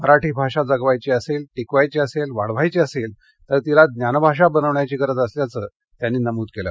मराठी भाषा जगवायची असेल टिकवायची असेल वाढवायची असेल तर तिला ज्ञानभाषा बनविण्याची गरज असल्याचं नमूद केलं